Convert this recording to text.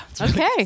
Okay